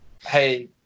hey